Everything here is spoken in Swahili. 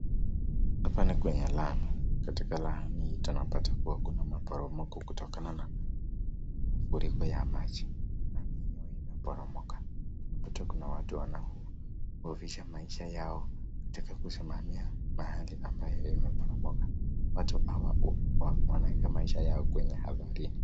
Hapa ni kwenye lami. Katika lami tunapata kuna maporomoko kutokana na mafuriko ya maji. Lami yenyewe imeporomoka tunapata kuna watu wanao hofisha maisha yao katika kusimamia mahali ambayo imeporomoka, watu hawa wanaweka maisha yao kwenye hatari.